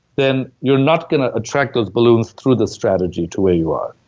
then you're not gonna attract those balloons through the strategy to were you are.